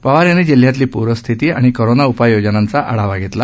पवार यांनी जिल्ह्यातली प्रस्थिती आणि कोरोना उपाय योजनांचा आढावा घेतला